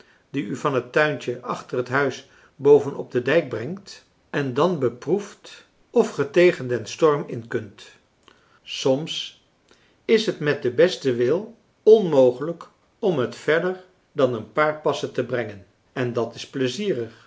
die u van het tuintje achter het huis boven op den dijk brengt en dan beproefd of ge tegen den storm in kunt soms is het met den besten wil onmogelijk om het verder dan een paar passen te brengen en dàt is pleizierig